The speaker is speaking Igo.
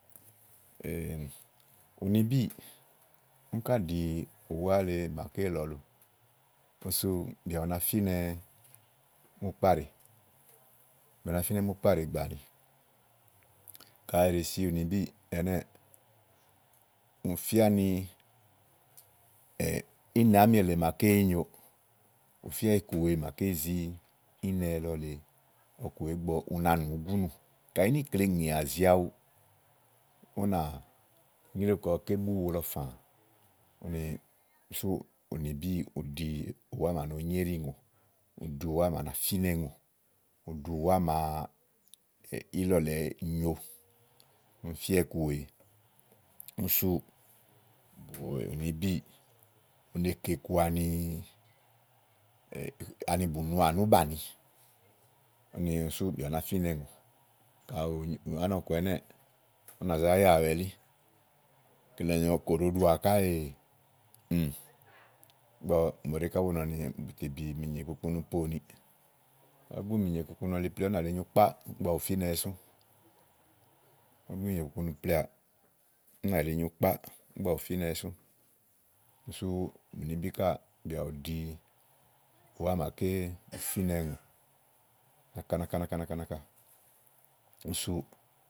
Ùnibíì, úni há ɖìi ùwà lɔ̀ɔluale. Úni sú bìà ba fínɛ múùkpáɖèe. Bìà ba fínɛ múùkpáɖèe gbàa. Kàyi èɖe si ùnibí ɛnɛ́ɛ̀, ú fía ni ínɛ̀ àámi èle màaké éyi nyo, ú fía iku wèe màake ziínɛ lɔ lèe ɔkuwèe igbɔ u na nù ugúnú kàyi níìkleŋèà zìi ínɛ lɔ lèe awu, ú nà nyréwu ni ké bú ínɛ lɔ fàà. Úni súù únibíì ú ɖi úwá màafè ilɔ̀ lèe e nyo, úni fía iku wèe. Úni súù, u ne kè iku ani bù nɔà ni ù báni. Úni súù bìà ba fínɛ. Ùŋò. Kayi bìà bù nyo ánɔ̀ku ɛnɛ́ɛ̀. Ú nà zá yawɛ elí. Kele àni kayi òɖo ɖuà káèè ò ígbɔ mòɖèé ká bù nɔ ni bùtè bì mìnyè kpukpunu po ùniì kàɖi èé bi mìnyè kpukpunu poà, ú nà yili nyu kpà. Ù finɛwɛ sú. Kàyi èé bi mìnyè kpukpunu poà ú nà yili nyu kpá. Ú ni súù únibi ká bìà bù ɖi bùwá màaké bu fínɛúŋò náka nàka nàka nàka, ú Sú.